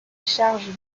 chargent